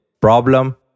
problem